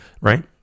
Right